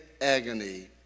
agony